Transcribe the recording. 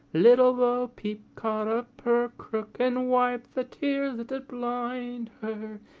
little bo peep caught up her crook, and wiped the tears that did blind her.